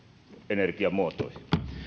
energiamuotoihin